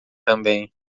também